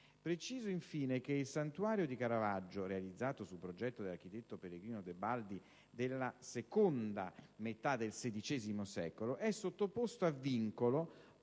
Preciso infine che il Santuario di Caravaggio, realizzato sul progetto dell'architetto Pellegrino Tebaldi della seconda metà del XVI secolo, è sottoposto a vincoli